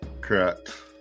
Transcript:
Correct